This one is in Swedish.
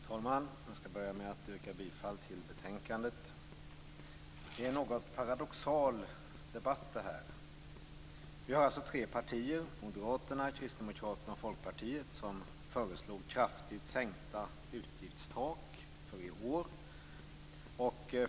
Fru talman! Jag skall börja med att yrka bifall till utskottets hemställan i betänkandet. Detta är en något paradoxal debatt. Vi har tre partier - Moderaterna, Kristdemokraterna och Folkpartiet - som föreslog kraftigt sänkta utgiftstak för i år.